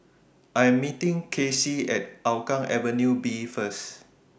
I Am meeting Kaycee At Hougang Avenue B First